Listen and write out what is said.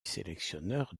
sélectionneur